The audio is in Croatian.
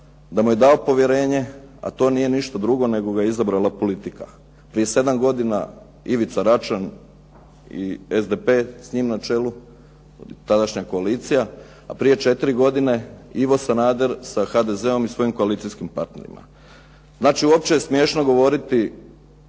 da mu je dao povjerenje a to nije ništa drugo nego ga je izabrala politika, prije sedam godina Ivica Račan i SDP s njim na čelu tadašnja koalicija a prije četiri godine Ivo Sanader sa HDZ-om i svojim koalicijskim partnerima. Znači, uopće je smiješno govoriti